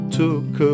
took